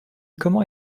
comment